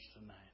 tonight